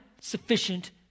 sufficient